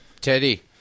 Teddy